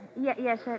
Yes